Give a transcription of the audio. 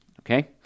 okay